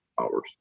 hours